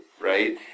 Right